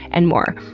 and more.